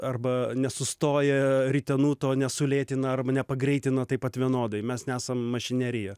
arba nesustoja ritenuto nesulėtina arba nepagreitina taip pat vienodai mes nesam mašinerija